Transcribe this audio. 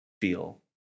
feel